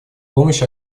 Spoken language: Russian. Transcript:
помощь